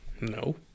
No